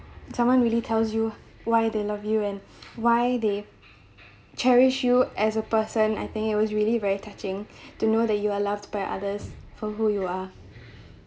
someone really tells you why they love you and why they cherish you as a person I think it was really very touching to know that you are loved by others for who you are